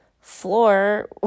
floor